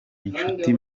inshuti